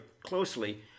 closely